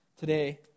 Today